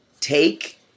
take